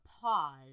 pause